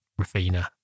Rafina